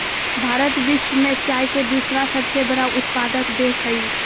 भारत विश्व में चाय के दूसरा सबसे बड़ा उत्पादक देश हइ